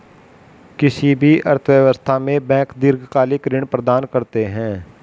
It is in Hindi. किसी भी अर्थव्यवस्था में बैंक दीर्घकालिक ऋण प्रदान करते हैं